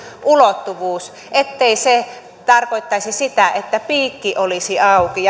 ulottuvuus ettei se tarkoittaisi sitä että piikki olisi auki